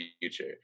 future